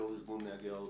יו"ר ארגון נהגי האוטובוס.